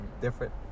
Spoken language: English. different